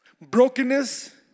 Brokenness